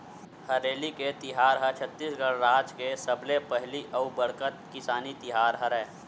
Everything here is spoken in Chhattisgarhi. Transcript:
हरेली के तिहार ह छत्तीसगढ़ राज के सबले पहिली अउ बड़का किसानी तिहार हरय